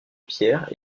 pierres